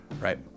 right